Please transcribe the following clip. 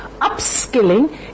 upskilling